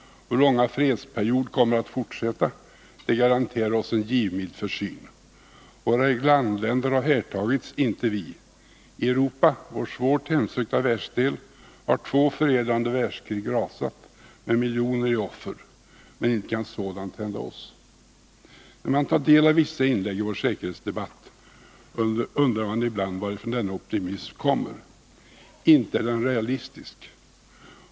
Vår långa fredsperiod kommer att fortsätta, det garanterar oss en givmild försyn. Våra grannländer har härtagits — inte vi. I Europa, vår svårt hemsökta världsdel, har två förödande världskrig rasat med miljoner i offer. Men icke kan sådant hända oss! När man tar del av vissa inlägg i vår säkerhetsdebatt, undrar man ibland varifrån denna optimism kommer. Inte är den realistisk.